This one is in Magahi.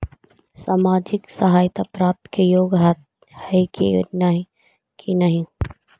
सामाजिक सहायता प्राप्त के योग्य हई कि नहीं?